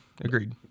Agreed